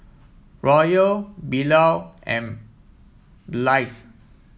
Royal Bilal and Blaise